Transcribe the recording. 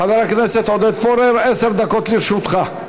חבר הכנסת עודד פורר, עשר דקות לרשותך.